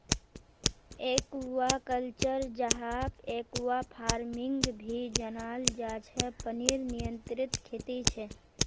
aquaculture, जहाक aquafarming भी जनाल जा छे पनीर नियंत्रित खेती छे